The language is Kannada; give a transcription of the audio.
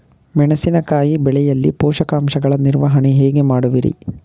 ಮೆಣಸಿನಕಾಯಿ ಬೆಳೆಯಲ್ಲಿ ಪೋಷಕಾಂಶಗಳ ನಿರ್ವಹಣೆ ಹೇಗೆ ಮಾಡುವಿರಿ?